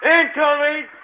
Incoming